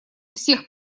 всех